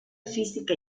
física